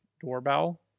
doorbell